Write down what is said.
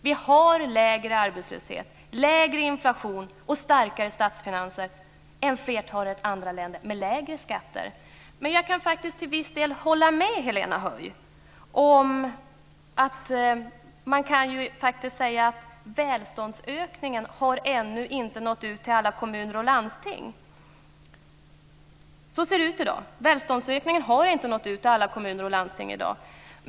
Vi har lägre arbetslöshet, lägre inflation och starkare statsfinanser än flertalet andra länder med lägre skatter. Men jag kan faktiskt till viss del hålla med Helena Höij om att man kan säga att välståndsökningen ännu inte har nått ut till alla kommuner och landsting. Så ser det ut i dag, dvs. välståndsökningen har inte nått ut till alla kommuner och landsting i dag.